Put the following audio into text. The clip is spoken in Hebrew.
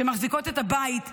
שמחזיקות את הבית שלהם.